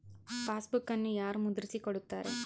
ಪಾಸ್ಬುಕನ್ನು ಯಾರು ಮುದ್ರಿಸಿ ಕೊಡುತ್ತಾರೆ?